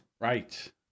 right